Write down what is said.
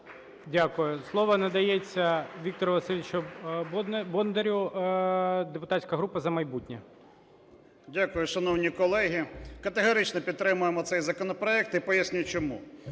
Дякую. Слово надається Віктору Васильовичу Бондарю, депутатська група "За майбутнє". 17:45:15 БОНДАР В.В. Дякую. Шановні колеги, категорично підтримуємо цей законопроект і поясню чому?